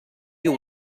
you